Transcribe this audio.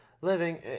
living